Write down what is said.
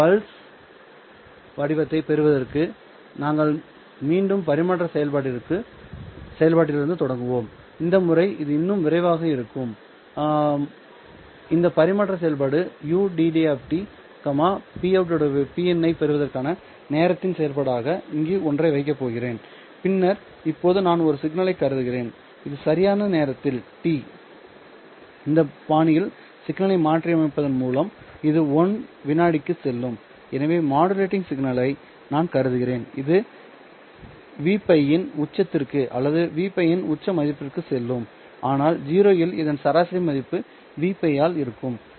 அந்த பல்ஸ் வடிவத்தைப் பெறுவதற்கு நாங்கள் மீண்டும் பரிமாற்ற செயல்பாட்டிலிருந்து தொடங்குவோம் இந்த முறை அது இன்னும் விரைவாக இருக்கும் இந்த பரிமாற்ற செயல்பாடு ud Pout Pin ஐப் பெறுவதற்கான நேரத்தின் செயல்பாடாக இங்கு ஒன்றை வைக்கப் போகிறேன் பின்னர் இப்போது நான் ஒரு சிக்னலை கருதுகிறேன் இது சரியான நேரத்தில் இந்த பாணியில் சிக்னலை மாற்றியமைப்பதன் மூலம் இது 1 வினாடிக்கு செல்லும் எனவே மாடுலேட்டிங் சிக்னலை நான் கருதுகிறேன் இது Vπ இன் உச்சத்திற்கு அல்லது Vπ இன் உச்ச மதிப்புக்கு செல்லும் ஆனால் 0 இல் இதன் சராசரி மதிப்பு Vπ இல் இருக்கும்